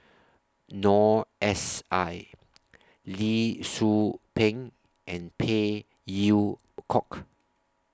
Noor S I Lee Tzu Pheng and Phey Yew Kok